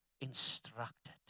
instructed